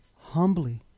humbly